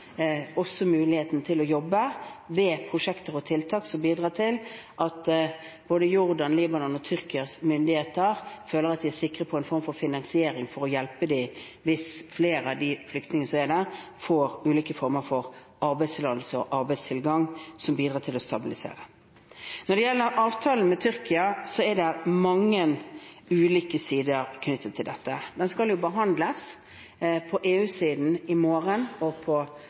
muligheten til å jobbe med prosjekter og tiltak, noe som bidrar til at både Jordans, Libanons og Tyrkias myndigheter føler at de er sikre på en form for finansiering til å hjelpe dem hvis flere av de flyktningene som er der, får ulike former for arbeidstillatelse og arbeidstilgang, noe som bidrar til å stabilisere. Når det gjelder avtalen med Tyrkia, er det mange ulike sider knyttet til dette. Den skal behandles på EU-siden i morgen og